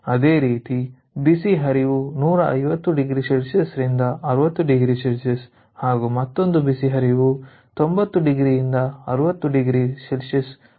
ಅದೇ ರೀತಿ ಬಿಸಿ ಹರಿವು 150oC ರಿಂದ 60oC ಹಾಗೂ ಮತ್ತೊಂದು ಬಿಸಿ ಹರಿವು 90 ರಿಂದ 60oC ವರೆಗೆ ಇರುತ್ತದೆ